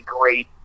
great